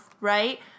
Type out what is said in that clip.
right